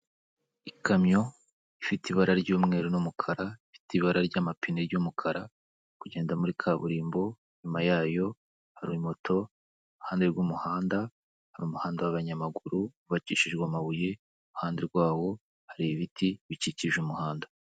Ikamyo ifite ibara ry'umweru n'umukara, ifite ibara ry'amapine ry'umukara, iri kugenda muri kaburimbo. inyuma yayo hari moto, iruhande rw'umuhanda hari umuhanda w'abanyamaguru wubakishijwe amabuye, iruhande rwawo hari ibiti bikikije umuhanda.